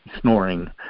snoring